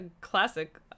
classic